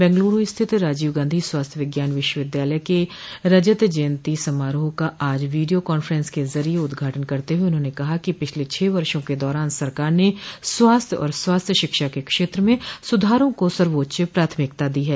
बेंगलूरू स्थित राजीव गांधी स्वास्थ्य विज्ञान विश्वविद्यालय के रजत जयंती समारोह का आज वीडियो कान्फ्रेंस के जरिये उद्घाटन करते हुए उन्होंने कहा कि पिछले छह वर्षों के दौरान सरकार ने स्वास्थ्य और स्वास्थ्य शिक्षा के क्षेत्र में सुधारों को सर्वोच्च प्राथमिकता दी है